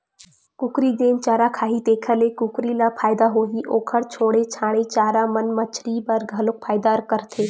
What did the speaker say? कुकरी जेन चारा खाही तेखर ले कुकरी ल फायदा होही, ओखर छोड़े छाड़े चारा मन मछरी बर घलो फायदा करथे